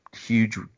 huge